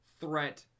threat